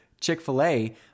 Chick-fil-A